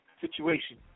situation